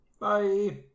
Bye